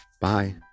Bye